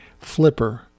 flipper